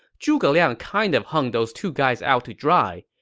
zhuge liang kind of hung those two guys out to dry.